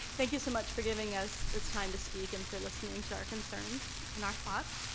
thank you so much for giving us this time to speak and for listening to our concerns in our class.